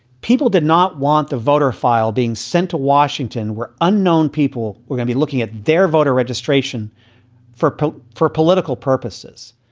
people did not want the voter file being sent to washington where unknown people were gonna be looking at their voter registration for for political purposes.